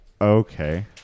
Okay